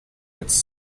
its